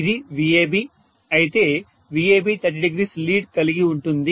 ఇది VAB అయితే VAB 300 lead కలిగి ఉంటుంది